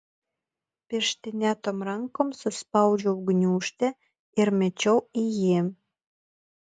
pirštinėtom rankom suspaudžiau gniūžtę ir mečiau į jį